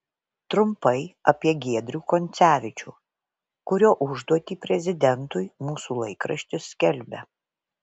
trumpai apie giedrių koncevičių kurio užduotį prezidentui mūsų laikraštis skelbia